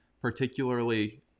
particularly